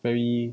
very